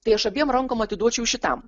tai aš abiem rankom atiduočiau šitam